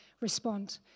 respond